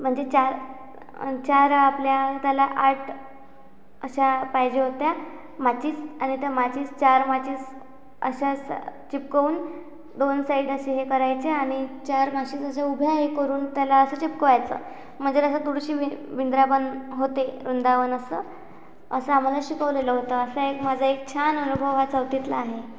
म्हणजे चार चार आपल्या त्याला आठ अशा पाहिजे होत्या माचीस आणि त्या माचीस चार माचीस अशा स चिकटवून दोन साईड असे हे करायचे आणि चार माचीस अशा उभ्या हे करून त्याला असं चिकटवायचं म्हणजे असं थोडीशी वि विंदरावन होते वृंदावन असं असं आम्हाला शिकवलेलं होतं असा एक माझा एक छान अनुभव हा चौथीतला आहे